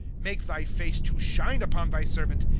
make thy face to shine upon thy servant,